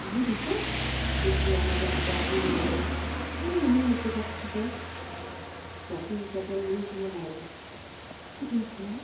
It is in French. la rue du temple s'écria mme d'harville étonnée quel est le nom de cet artisan sa fille s'appelle louise morel c'est bien cela